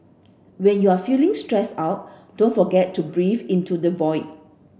when you are feeling stressed out don't forget to breathe into the void